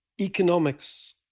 economics